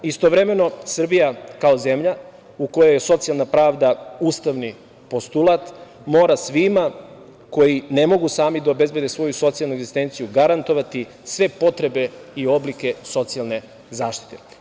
Istovremeno, Srbija kao zemlja u kojoj je socijalna pravda ustavni postulat mora svima koji ne mogu sami da obezbede svoju socijalnu egzistenciju garantovati sve potrebe i oblike socijalne zaštite.